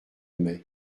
mai